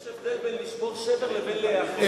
יש הבדל בין לשבור שבר לבין להיאחז.